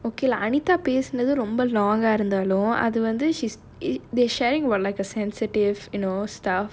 okay lah anita பேசுனது ரொம்ப:pesunathu romba one thing is it they sharing were like a sensitive you know stuff